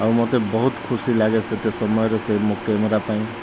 ଆଉ ମୋତେ ବହୁତ ଖୁସି ଲାଗେ ସେତେ ସମୟରେ ସେ ମୋ କ୍ୟାମେରା ପାଇଁ